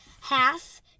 half